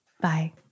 Bye